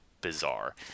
bizarre